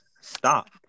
Stop